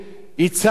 הצעתי,